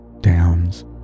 downs